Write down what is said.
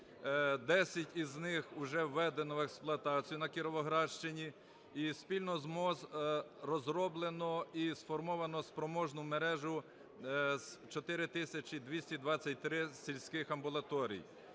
10 з них вже введено в експлуатацію на Кіровоградщині і спільно з МОЗ розроблено і сформовано спроможну мережу з 4 тисячі 223 сільських амбулаторій,